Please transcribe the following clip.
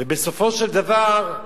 ובסופו של דבר,